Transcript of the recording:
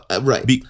right